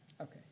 Okay